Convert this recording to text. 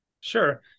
Sure